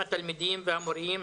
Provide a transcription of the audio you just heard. התלמידים והמורים,